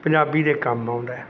ਪੰਜਾਬੀ ਦੇ ਕੰਮ ਆਉਂਦਾ